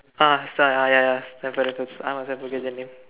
ah sta ah ya ya Stamford Raffles I must have forget the name